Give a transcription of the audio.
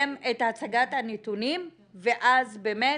את הצגת הנתונים ואז באמת